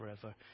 forever